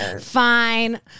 Fine